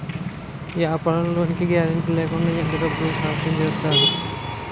వ్యాపార లోన్ కి గారంటే లేకుండా ఎంత డబ్బులు సాంక్షన్ చేస్తారు?